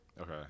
Okay